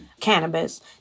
cannabis